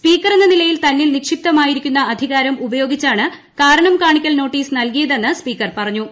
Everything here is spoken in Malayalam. സ്പീക്കറെന്ന നിലയിൽ തന്നിൽ നിക്ഷിപ്തമായിരിക്കുന്ന അധികാരം ഉപയോഗിച്ചാണ് കാരണം കാണിക്കൽ നോട്ടീസ് നൽകിയതെന്ന് സ്പീക്കർ പറഞ്ഞു